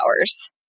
hours